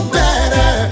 better